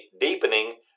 deepening